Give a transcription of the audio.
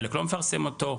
חלק לא מפרסם אותו,